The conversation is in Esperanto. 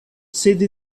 sed